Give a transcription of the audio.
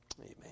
Amen